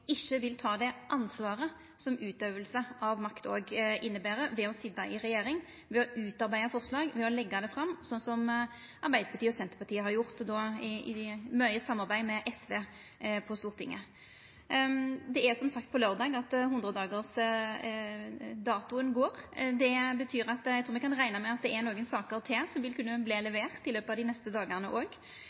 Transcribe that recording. ikkje vil ta det ansvaret som utøving av makt inneber – det å sitja i regjering, utarbeida forslag og leggja dei fram, sånn som Arbeidarpartiet og Senterpartiet har gjort mykje i samarbeid med SV på Stortinget. Det er som sagt laurdag som er 100-dagarsdatoen vår. Det betyr at me kan rekna med at det er nokre saker til som vil kunna verta leverte i løpet av dei neste dagane òg. Det har vore viktig for meg og